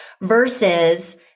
Versus